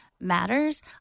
matters